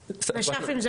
נש"פים?